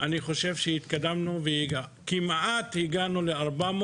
התקדמנו וכמעט הגענו ל-400